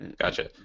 Gotcha